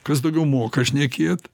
kas daugiau moka šnekėt